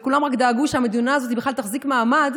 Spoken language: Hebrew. וכולם רק דאגו שהמדינה הזאת בכלל תחזיק מעמד,